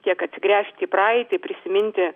tiek atsigręžti į praeitį prisiminti